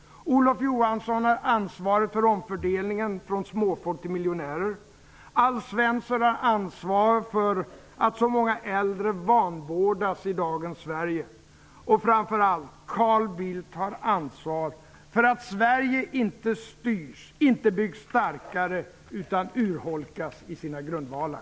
Olof Johansson har ansvar för omfördelningen från småfolk till miljonärer. Alf Svensson har ansvar för att så många äldre vanvårdas i dagens Sverige. Och framför allt: Carl Bildt har ansvar för att Sverige inte styrs, inte byggs starkare, utan urholkas i sina grundvalar.